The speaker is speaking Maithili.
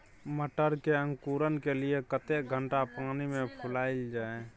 मटर के अंकुरण के लिए कतेक घंटा पानी मे फुलाईल जाय?